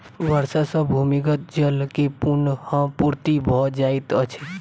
वर्षा सॅ भूमिगत जल के पुनःपूर्ति भ जाइत अछि